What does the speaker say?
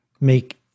make